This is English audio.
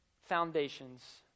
foundations